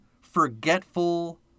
forgetful